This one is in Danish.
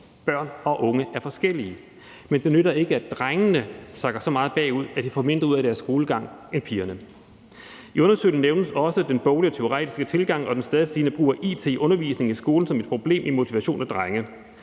Børn og unge er forskellige. Men det nytter ikke, at drengene sakker så meget bagud, at de får mindre ud af deres skolegang end pigerne. I undersøgelsen nævnes også den boglige og teoretiske tilgang og den stadigt stigende brug af it i undervisningen i skolen som et problem for motivation af drenge.